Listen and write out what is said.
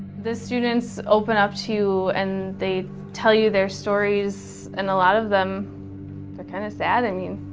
the students open up to and they tell you their stories. and a lot of them are kind of sad. i mean,